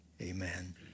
Amen